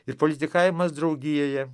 ir politikavimas draugijoje